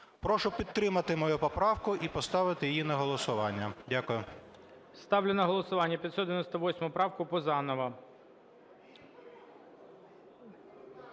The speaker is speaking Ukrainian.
Прошу підтримати мою поправку і поставити її на голосування. Дякую. ГОЛОВУЮЧИЙ. Ставлю на голосування 598 правку Пузанова.